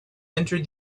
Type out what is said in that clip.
entered